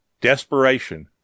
desperation